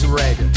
red